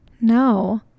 No